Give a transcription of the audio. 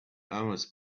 hours